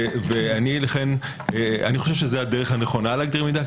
אני חושב שזאת הדרך הנכונה להגדיר מידע,